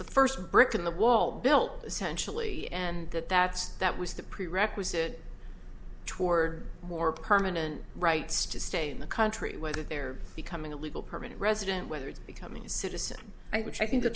the first brick in the wall built essentially and that that's that was the prerequisite toward more permanent rights to stay in the country whether they're becoming a legal permanent resident whether it's becoming a citizen i which i think th